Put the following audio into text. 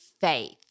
Faith